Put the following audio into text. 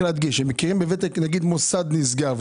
נגיד מוסד נסגר,